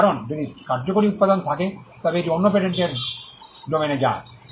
কারণ যদি কার্যকরী উপাদান থাকে তবে এটি অন্য পেটেন্টের ডোমেনে যায়